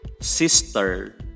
sister